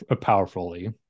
powerfully